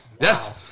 Yes